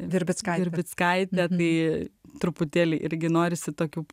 virbickaitė ir vycką netgi truputėlį irgi norisi tokių